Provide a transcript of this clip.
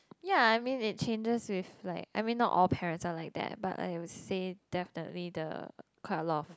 ya I mean it changes with like I mean not all parents are like that but I would say definitely the quite a lot of